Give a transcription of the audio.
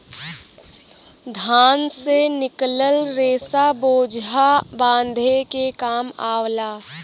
धान से निकलल रेसा बोझा बांधे के काम आवला